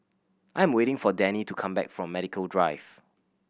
I'm waiting for Dani to come back from Medical Drive